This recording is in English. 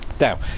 Now